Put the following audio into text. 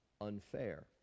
unfair